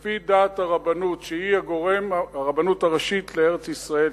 לפי דעת הרבנות הראשית לארץ-ישראל,